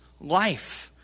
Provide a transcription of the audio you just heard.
life